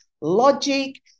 logic